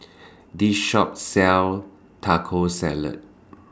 This Shop sells Taco Salad